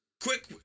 Quick